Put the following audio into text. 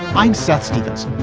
mindset's stevenson,